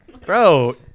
Bro